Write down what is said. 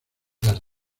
las